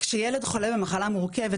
כשילד חולה במחלה מורכבת,